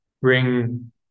bring